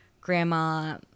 grandma